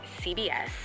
CBS